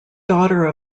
daughter